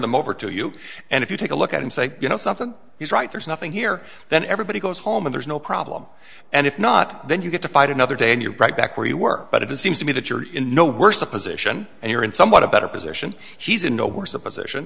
them over to you and if you take a look at him say you know something he's right there's nothing here then everybody goes home and there's no problem and if not then you get to fight another day and you're right back where you were but it seems to me that you're in no worse position and you're in somewhat a better position he's in no worse a position